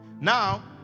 now